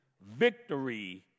victory